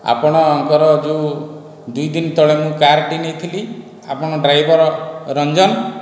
ଆପଣଙ୍କର ଯେଉଁ ଦୁଇ ଦିନ ତଳେ ମୁଁ କାର୍ଟି ନେଇଥିଲି ଆପଣ ଡ୍ରାଇଭର ରଞ୍ଜନ